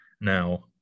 now